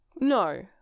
No